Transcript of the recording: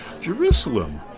Jerusalem